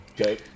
Okay